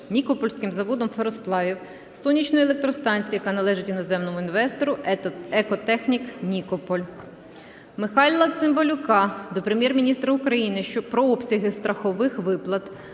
Нікопольським заводом феросплавів, сонячної електростанції, яка належить іноземному інвестору Екотехнік Нікополь. Михайла Цимбалюка до Прем'єр-міністра України про обсяги страхових виплат